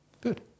Good